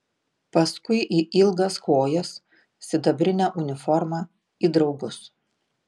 paskui į ilgas kojas sidabrinę uniformą į draugus